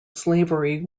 slavery